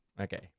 Okay